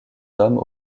hommes